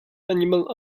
animal